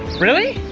really?